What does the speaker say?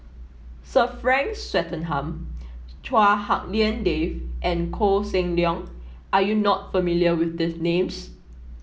Sir Frank Swettenham Chua Hak Lien Dave and Koh Seng Leong are you not familiar with these names